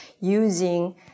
using